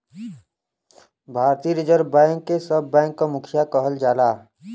भारतीय reserve bank के सब बैंक क मुखिया कहल जाला